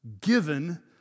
given